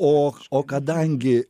o o kadangi